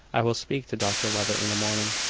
i will speak to dr levitt in the morning.